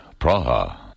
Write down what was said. Praha